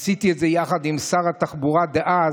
עשיתי את זה יחד עם שר התחבורה דאז,